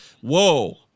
whoa